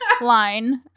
line